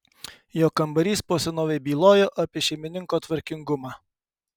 jo kambarys po senovei bylojo apie šeimininko tvarkingumą